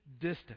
distance